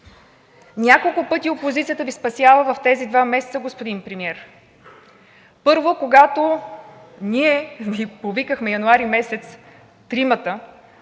Няколко пъти опозицията Ви спасява в тези два месеца, господин Премиер. Първо, когато Ви повикахме януари месец тримата,